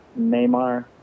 Neymar